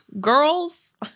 Girls